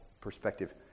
perspective